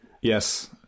Yes